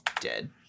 dead